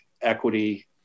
equity